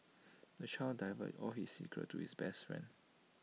the child divulged all his secrets to his best friend